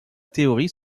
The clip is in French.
théorie